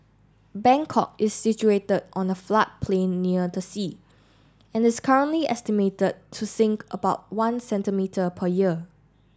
Bangkok is situated on a floodplain near the sea and is currently estimated to sink about one centimetre per year